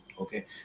okay